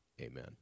Amen